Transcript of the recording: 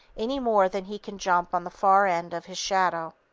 any more than he can jump on the far end of his shadow.